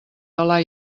the